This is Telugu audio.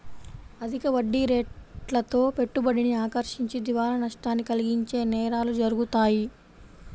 అధిక వడ్డీరేట్లతో పెట్టుబడిని ఆకర్షించి దివాలా నష్టాన్ని కలిగించే నేరాలు జరుగుతాయి